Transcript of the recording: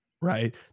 right